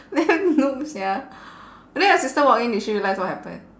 damn noob sia and then your sister walk in did she realise what happen